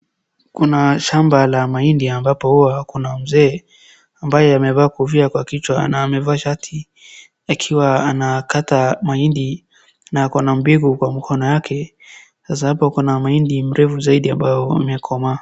Kuna shamba la mahindi ambapo huwa kuna mzee ambaye amevaa kofia kwa kichwa na amevaa shati akiwa anakata mahindi na ako na mbivu kwa mkono yake. Sasa hapa kuna mahindi mrefu zaidi ambayo imekomaa.